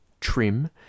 trim